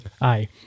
Aye